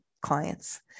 clients